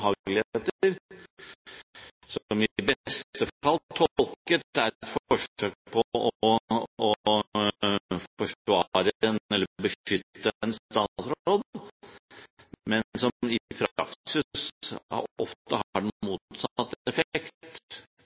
beste fall tolket er et forsøk på å forsvare eller beskytte en statsråd, men som i praksis ofte har den motsatte effekt fordi det